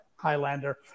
Highlander